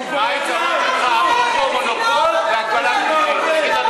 מה העקרונות אפרופו מונופול והגבלת מחיר?